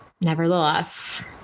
nevertheless